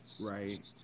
right